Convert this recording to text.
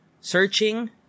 searching